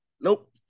Nope